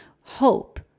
hope